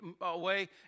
away